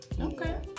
Okay